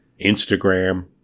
Instagram